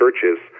churches